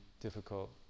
difficult